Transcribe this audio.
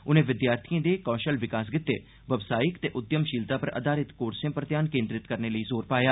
उनें विद्यार्थियें दे कौशल विकास गितै व्यवसायिक ते उद्यमशीलता पर आधारित कोर्सं पर ध्यान केन्द्रित करने लेई ज़ोर पाया